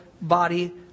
body